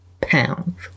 pounds